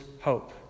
hope